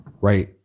right